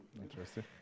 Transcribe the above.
Interesting